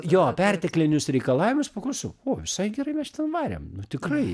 jo perteklinius reikalavimus paklausiau o visai gerai mes ten varėm nu tikrai